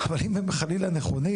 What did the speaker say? אבל אם הם חלילה נכונים,